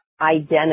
identity